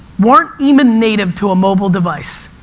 weren't even native to a mobile device.